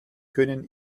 können